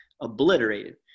obliterated